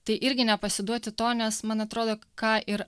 tai irgi nepasiduoti to nes man atrodo ką ir